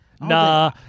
Nah